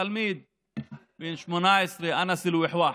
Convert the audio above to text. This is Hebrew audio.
תלמיד בן 18, אנאס ווחוואח,